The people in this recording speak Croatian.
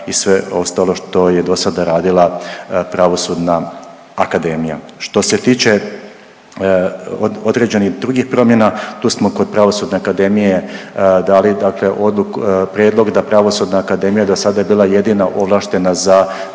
i sve ostalo što je do sada radila Pravosudna akademija. Što se tiče određenih drugih promjena, tu smo kod Pravosudne akademije dali dakle odluku, prijedlog da Pravosudna akademija, do sada je bila jedina ovlaštena za